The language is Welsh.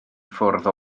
ffwrdd